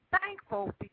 thankful